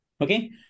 Okay